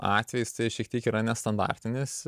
atvejis tai šiek tiek yra nestandartinis